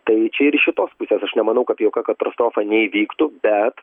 tai ir iš šitos pusės aš nemanau kad jokia katrastrofa neįvyktų bet